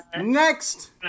Next